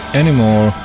anymore